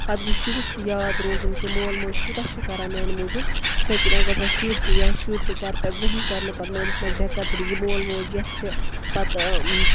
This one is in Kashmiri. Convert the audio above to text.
پَتہٕ گوٚژھ شُرِس تہِ یاد روزُن کہِ مول موج کوٗتاہ چھِ کَران میٛانہِ موٗجوٗب تِتھَے کَنۍ اَگر پَتہٕ شُر تہِ یا شُر تہِ کَرٕ پَتہٕ زٕہۭنۍ کَرِ نہٕ پَتہٕ مٲلِس ماجہِ بے قدری یہِ مول موج یَژھِ پَتہٕ